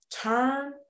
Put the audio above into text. Turn